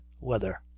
weather